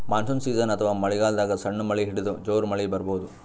monsoon season ಅಥವಾ ಮಳಿಗಾಲದಾಗ್ ಸಣ್ಣ್ ಮಳಿ ಹಿಡದು ಜೋರ್ ಮಳಿ ಬರಬಹುದ್